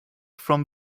from